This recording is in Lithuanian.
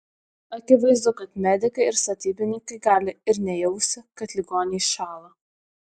akivaizdu kad medikai ir statybininkai gali ir nejausti kad ligoniai šąla